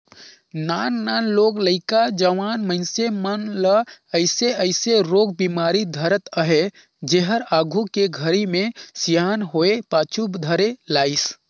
नान नान लोग लइका, जवान मइनसे मन ल अइसे अइसे रोग बेमारी धरत अहे जेहर आघू के घरी मे सियान होये पाछू धरे लाइस